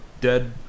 dead